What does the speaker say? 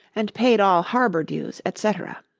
and paid all harbour dues, etc.